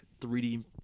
3D